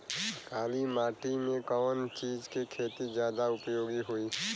काली माटी में कवन चीज़ के खेती ज्यादा उपयोगी होयी?